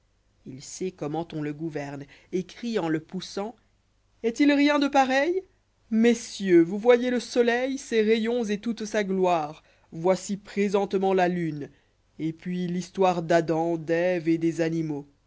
il sait comment cm le gouverné et crie en le poussant est-il rien de pareil messieurs vous voyez le'sôlèil ses rayons et toute sa glbifê voici présentement la lune et puis l'histoire d'adam d'èvéet des animaux